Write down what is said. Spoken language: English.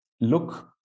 look